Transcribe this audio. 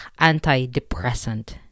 antidepressant